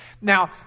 Now